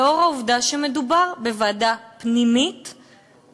לאור העובדה שמדובר בוועדה פנימית-פוליטית.